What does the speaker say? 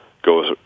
goes